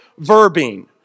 verbing